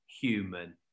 human